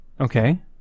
Okay